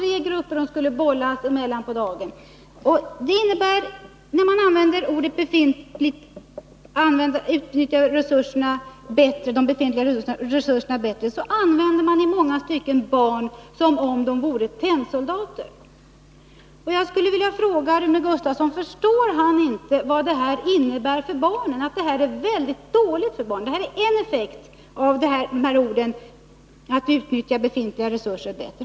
Barnen skulle alltså under dagen bollas mellan tre grupper. Att ”utnyttja de befintliga resurserna bättre” innebär således att man i många stycken behandlar barn som om de vore tennsoldater. Jag skulle vilja fråga Rune Gustavsson: Förstår Rune Gustavsson inte vad det här innebär för barnen — att det är väldigt dåligt för barnen? Det är en effekt när det gäller orden ”att utnyttja befintliga resurser bättre”.